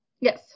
Yes